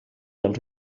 als